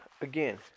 again